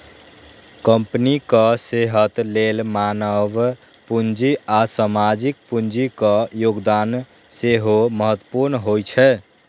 कंपनीक सेहत लेल मानव पूंजी आ सामाजिक पूंजीक योगदान सेहो महत्वपूर्ण होइ छै